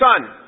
son